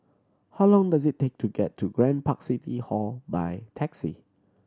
how long does it take to get to Grand Park City Hall by taxi